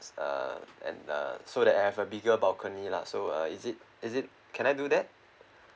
uh and uh so that I have a bigger balcony lah so uh is it is it can I do that